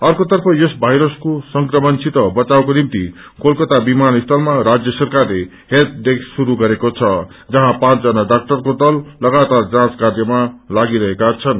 अर्कोतर्फ यस वायरसको संक्रमणसित बचावको निम्ति कोलकाता विमानस्थलमा राज्य सरकारले हेल्प डेस्क शुरू गरेको छ जहाँ पाँचजना डाक्टरको दल लगातार जाँच कार्यमा लागिरहनेछन्